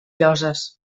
lloses